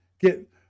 get